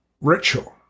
ritual